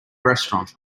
restaurant